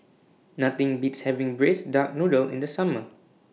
Nothing Beats having Braised Duck Noodle in The Summer